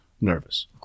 nervous